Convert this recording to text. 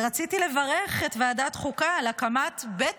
ורציתי לברך את ועדת חוקה על הקמת בית